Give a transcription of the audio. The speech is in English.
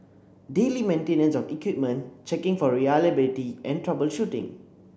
daily maintenance of equipment checking for reliability and troubleshooting